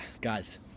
guys